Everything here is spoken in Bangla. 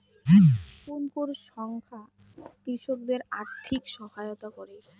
কোন কোন সংস্থা কৃষকদের আর্থিক সহায়তা করে?